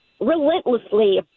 Relentlessly